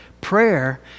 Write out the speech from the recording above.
prayer